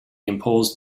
imposed